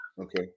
Okay